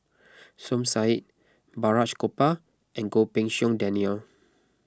Som Said Balraj Gopal and Goh Pei Siong Daniel